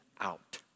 out